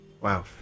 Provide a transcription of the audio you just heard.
Wow